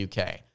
UK